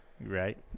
Right